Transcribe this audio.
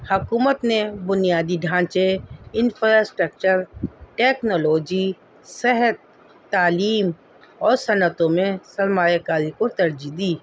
حکومت نے بنیادی ڈھانچے انفراسٹرکچر ٹیکنالوجی صحت تعلیم اور صنعتوں میں سرمایہ کاری کو ترجیح دی